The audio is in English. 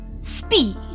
Speed